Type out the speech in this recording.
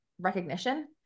recognition